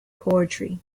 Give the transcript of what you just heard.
poetry